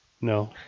no